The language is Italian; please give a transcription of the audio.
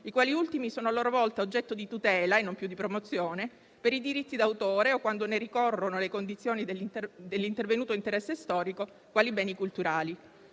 i quali ultimi sono a loro volta oggetto di tutela - e non più di promozione - per i diritti d'autore o quando ne ricorrano le condizioni dell'intervenuto interesse storico quali beni culturali.